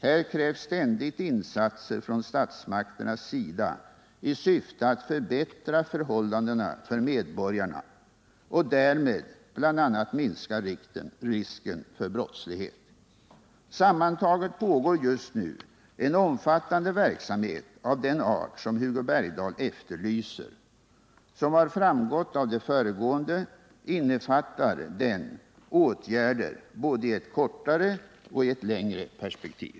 Här krävs ständigt insatser från statsmakternas sida i syfte att förbättra förhållandena för medborgarna och därmed bl.a. minska risken för brottslighet. Sammantaget pågår just nu en omfattande verksamhet av den art som Hugo Bergdahl efterlyser. Som har framgått av det föregående innefattar den åtgärder både i ett kortare och i ett längre perspektiv.